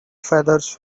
feathers